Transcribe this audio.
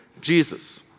Jesus